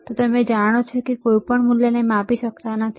શું તમે જાણો છો કે તમે કોઈપણ મૂલ્યને માપી શકતા નથી